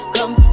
Come